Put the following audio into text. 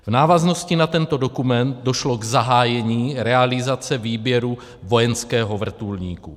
V návaznosti na tento dokument došlo k zahájení realizace výběru vojenského vrtulníku.